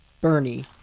Bernie